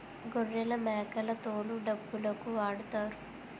గొర్రెలమేకల తోలు డప్పులుకు వాడుతారు